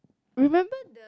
remember the